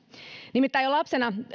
nimittäin jo lapsena